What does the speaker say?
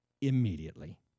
immediately